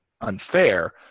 unfair